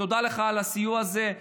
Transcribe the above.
תודה לך על הסיוע הזה.